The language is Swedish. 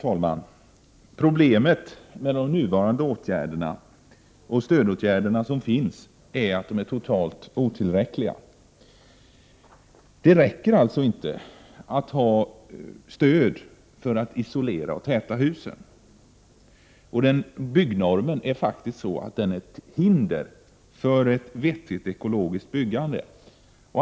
Herr talman! Problemet med de stödformer som nu finns är att de är totalt otillräckliga. Det räcker inte med stöd för isolering och tätning av husen. Byggnormen är faktiskt ett hinder för ett vettigt ekologiskt byggande.